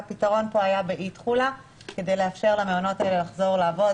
והפתרון פה היה באי תחולה כדי לאפשר למעונות האלה לחזור ולעבוד